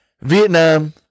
vietnam